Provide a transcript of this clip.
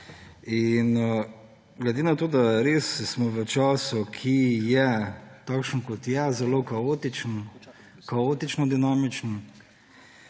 Glede na to, da smo v času, ki je takšen, kot je, zelo kaotičen, kaotično-dinamičen,